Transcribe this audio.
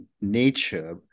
nature